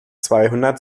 zweihundert